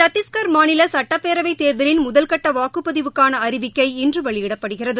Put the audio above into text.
சத்திஷ்கா் மாநில சட்டப்பேரவைத் தேர்தலின் முதல்கட்ட வாக்குப்பதிவுக்கான அறிவிக்கை இன்று வெளியிடப்படுகிறது